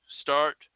start